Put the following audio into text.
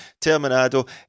Terminado